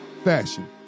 fashion